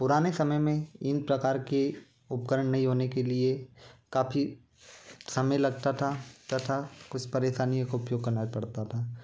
पुराने समय में इन प्रकार के उपकरण नहीं होने के लिए काफ़ी समय लगता था तथा कुछ परेशानियों का उपयोग करना पड़ता था